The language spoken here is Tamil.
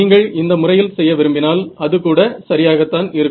நீங்கள் இந்த முறையில் செய்ய விரும்பினால் அதுகூட சரியாகத்தான் இருக்கும்